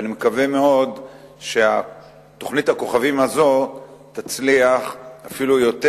ואני מקווה מאוד שתוכנית הכוכבים הזאת תצליח אפילו יותר